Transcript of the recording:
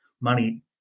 money